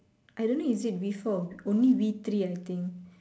I don't think is it we four only we three I think